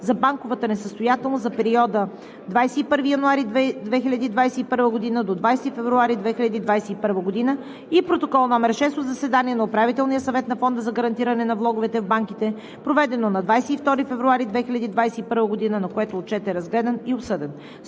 за банковата несъстоятелност за периода 21 януари 2021 г. до 20 февруари 2021 г. и Протокол № 6 от заседанието на Управителния съвет на Фонда за гарантиране на влоговете в банките, проведено на 22 февруари 2021 г., на което Отчетът е разгледан и обсъден.